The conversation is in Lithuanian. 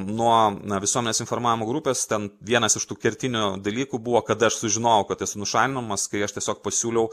nuo na visuomenės informavimo grupės ten vienas iš tų kertinių dalykų buvo kada aš sužinojau kad esu nušalinamas kai aš tiesiog pasiūliau